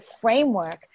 framework